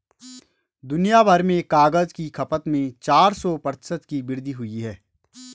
दुनियाभर में कागज की खपत में चार सौ प्रतिशत की वृद्धि हुई है